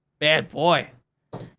bad boy.